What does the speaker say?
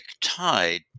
tide